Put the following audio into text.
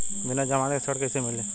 बिना जमानत के ऋण कईसे मिली?